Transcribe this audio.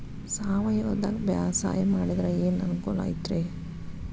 ಸಾವಯವದಾಗಾ ಬ್ಯಾಸಾಯಾ ಮಾಡಿದ್ರ ಏನ್ ಅನುಕೂಲ ಐತ್ರೇ?